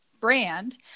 brand